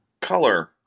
color